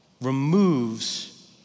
removes